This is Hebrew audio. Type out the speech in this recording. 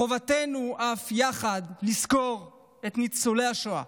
חובתנו אף יחד לזכור את ניצולי השואה